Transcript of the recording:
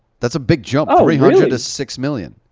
that's a big jump, ah three hundred to six million,